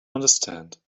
understand